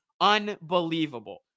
unbelievable